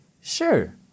sure